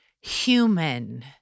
human